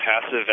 passive